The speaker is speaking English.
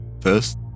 first